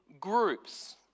groups